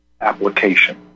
application